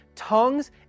Tongues